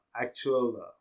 actual